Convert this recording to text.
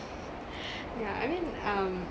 yeah I mean um